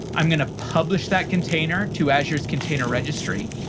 i'm going to publish that container to azure container registry,